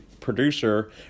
producer